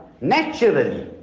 naturally